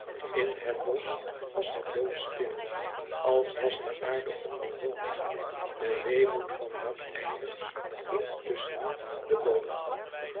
in het bosch was het doodstil als was de aarde onbewoond de weemoed van wat eindigt hing tusschen de boomen